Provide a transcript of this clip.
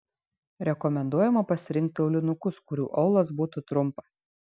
rekomenduojama pasirinkti aulinukus kurių aulas būtų trumpas